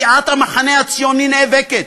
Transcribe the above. סיעת המחנה הציוני, נאבקת.